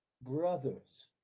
brothers